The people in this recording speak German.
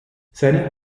seine